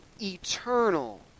Eternal